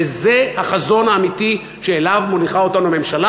וזה החזון האמיתי שאליו מוליכה אותנו הממשלה